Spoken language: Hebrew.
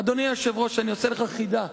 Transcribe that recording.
אדוני היושב-ראש, אני אחוד לך חידה,